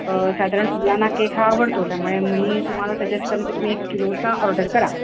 साधारण मुलांना केक हा आवडतो त्यामुळे मी तुम्हाला सजेस्ट करेन की तुम्ही एक किलोचा ऑर्डर करा